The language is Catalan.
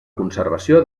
conservació